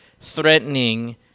threatening